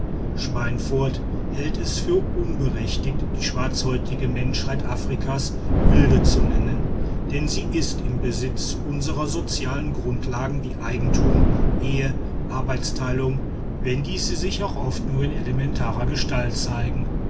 schweinfurth hält es für unberechtigt die schwarzhäutige menschheit afrikas wilde zu nennen denn sie ist im besitz unserer sozialen grundlagen wie eigentum ehe arbeitsteilung wenn diese sich auch oft nur in elementarer gestalt zeigen